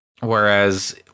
Whereas